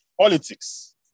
Politics